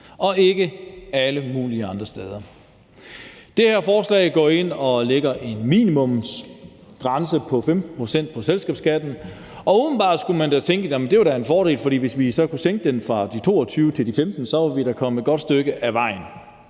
og ikke alle mulige andre steder. Det her forslag går ind og lægger en minimumsgrænse på 15 pct. på selskabsskatten, og umiddelbart skulle man da tænke, at det var en fordel, for hvis vi så kunne sænke den fra de 22 til de 15 pct., var vi da kommet et godt stykke af vejen.